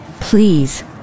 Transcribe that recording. please